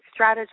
strategize